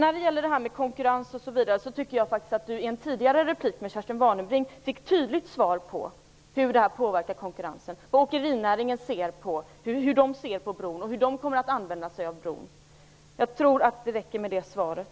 I fråga om konkurrens fick Per Westerberg i en tidigare replik av Kerstin Warnerbring ett tydligt svar på hur det här påverkar konkurrensen, hur åkerinäringen ser på bron och hur den kommer att använda sig av bron. Jag tror att det räcker med det.